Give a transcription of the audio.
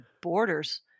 Borders